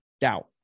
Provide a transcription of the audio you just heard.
doubt